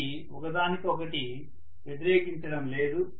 అవి ఒకదానికి ఒకటి వ్యతిరేకించడం లేదు